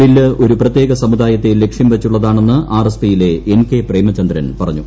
bill ഒരു പ്രത്യേക സമുദായത്തെ ലക്ഷ്യം വച്ചുള്ളതാണെന്ന് ആർ എസ് പി യിലെ എൻ കെ പ്രേമചന്ദ്രൻ പറഞ്ഞു